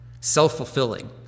self-fulfilling